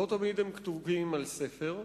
לא תמיד הם כתובים על ספר,